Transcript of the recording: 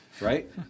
right